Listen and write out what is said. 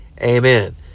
amen